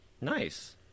Nice